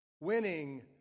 winning